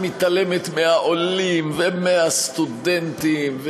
שמתעלמת מהעולים ומסטודנטים,